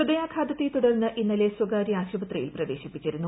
ഹൃദയാഘാതത്തെ തുടർന്ന് ഇന്നലെ സ്വകാര്യ ആശുപത്രിയിൽ പ്രവേശിപ്പിച്ചിരുന്നു